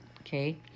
Okay